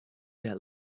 that